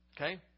Okay